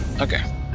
Okay